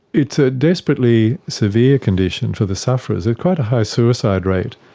it's a desperately severe condition for the sufferers, ah quite a high suicide rate,